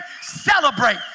celebrate